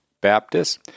Baptists